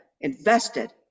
invested